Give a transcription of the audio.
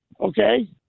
okay